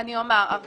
(היו"ר דוד ביטן, 14:53) אני אומר.